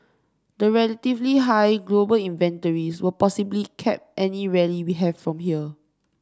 the relatively high global inventories will possibly cap any rally we have from here